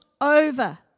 over